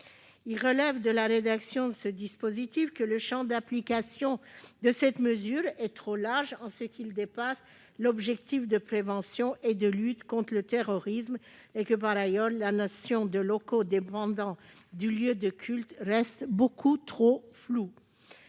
Il ressort de la rédaction de ce dispositif que le champ d'application de cette mesure est trop large, en ce qu'il dépasse l'objectif de prévention et de lutte contre le terrorisme, et que, par ailleurs, la notion de « locaux dépendant du lieu de culte » reste beaucoup trop floue.